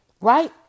right